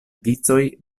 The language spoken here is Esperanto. vicoj